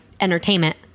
entertainment